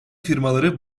firmaları